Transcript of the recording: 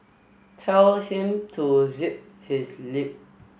tell him to zip his lip